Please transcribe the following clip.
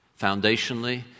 foundationally